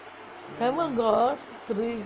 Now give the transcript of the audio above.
tamil got three